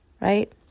right